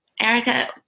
Erica